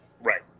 right